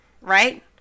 right